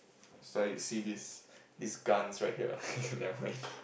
so you see this this guns right here nevermind